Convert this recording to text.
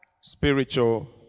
Spiritual